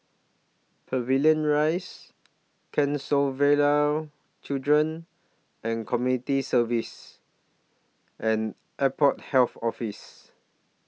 Pavilion Rise Canossaville Children and Community Services and Airport Health Office